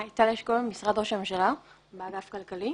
אני טל אשכול, ממשרד ראש הממשלה, מהאגף הכלכלי.